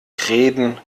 reden